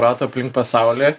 rato aplink pasaulį